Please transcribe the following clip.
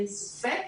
אין ספק,